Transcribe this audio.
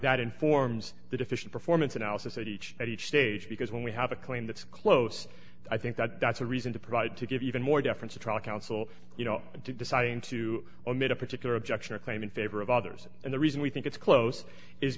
that informs the deficient performance analysis at each at each stage because when we have a claim that's close i think that that's a reason to provide to give even more deference to trial counsel you know deciding to omit a particular objection or claim in favor of others and the reason we think it's close is